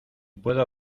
puedo